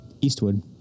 Eastwood